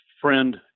friend